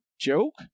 joke